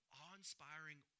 awe-inspiring